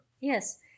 Yes